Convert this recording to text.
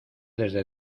desde